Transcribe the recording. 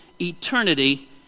eternity